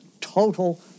total